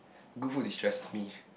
good food distresses me